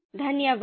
धन्यवाद